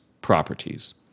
properties